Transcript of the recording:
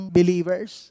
believers